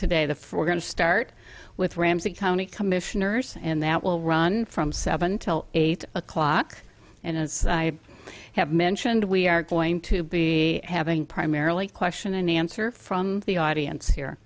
today the four going to start with ramsey county commissioners and that will run from seven till eight o'clock and as i have mentioned we are going to be having primarily question an answer from the audience here